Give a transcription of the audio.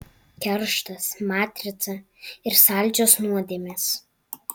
kerštas matrica ir saldžios nuodėmės